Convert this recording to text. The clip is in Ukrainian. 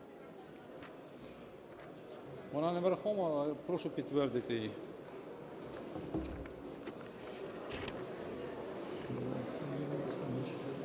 Вона не врахована. Прошу підтвердити її.